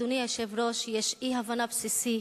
אדוני היושב-ראש, יש אי-הבנה בסיסית